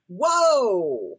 whoa